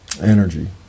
energy